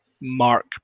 Mark